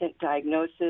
diagnosis